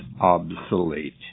obsolete